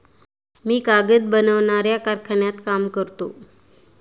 मी कागद बनवणाऱ्या कारखान्यात काम करतो